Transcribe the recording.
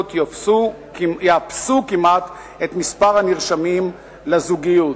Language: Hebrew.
הכרוניות יאפסו כמעט את מספר הנרשמים לזוגיות".